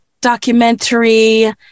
documentary